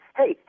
hey